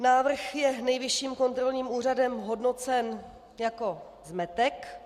Návrh je Nejvyšším kontrolním úřadem hodnocen jako zmetek.